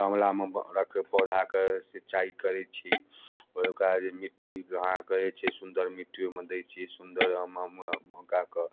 गमलामे रख पौधाके सिचाइ करै छी कहियो काल मिट्टी अहाँके जे छै से सुन्दर मिट्टी ओइमे दै छियै सुन्दर हम